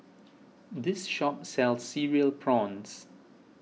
this shop sells Cereal Prawns